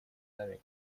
нами